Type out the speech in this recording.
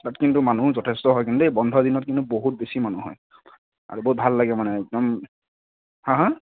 তাত কিন্তু মানুহ যথেষ্ট হয় কিন্তু দেই বন্ধ দিনত কিন্তু বহুত বেছি মানুহ হয় আৰু বহুত ভাল লাগে মানে একদম হাঁ হাঁ